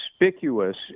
conspicuous